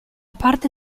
parte